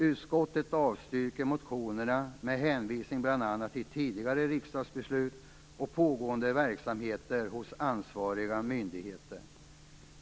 Utskottet avstyrker motionerna med hänvisning bl.a. till tidigare riksdagsbeslut och pågående verksamhet hos ansvariga myndigheter.